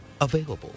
available